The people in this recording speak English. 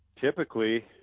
typically